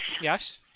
Yes